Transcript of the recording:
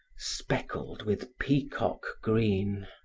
speckled with peacock green.